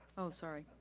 oh, sorry.